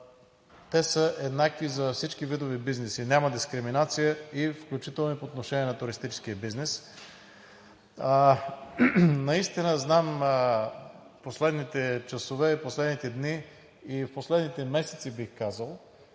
са еднакви за всички видове бизнеси. Няма дискриминация, включително и по отношение на туристическия бизнес. Наистина знам, че в последните часове, в последните дни и в последните месеци, бих казал,